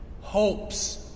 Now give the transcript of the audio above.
hopes